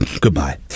goodbye